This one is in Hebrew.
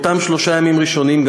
באותם שלושה ימים ראשונים,